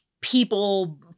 people